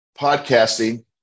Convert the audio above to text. podcasting